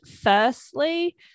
firstly